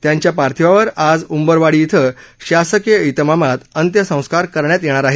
त्यांच्या पार्थिवावर आज उंबरवाडी इथं शासकीय इतमामामात अंत्यसंस्कार करण्यात येणार आहेत